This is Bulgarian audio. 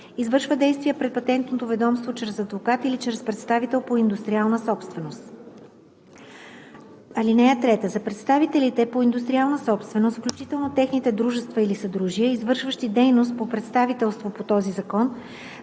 извършва действия пред Патентното ведомство чрез адвокат или чрез представител по индустриална собственост. (3) За представителите по индустриална собственост, включително техните дружества или съдружия, извършващи дейност по представителство по този закон,